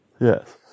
Yes